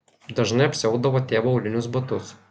dažnai apsiaudavo tėvo aulinius batus